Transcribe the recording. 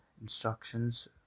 Instructions